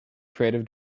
creative